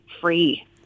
free